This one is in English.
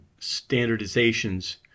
standardizations